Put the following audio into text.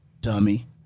dummy